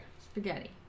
spaghetti